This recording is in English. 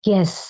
Yes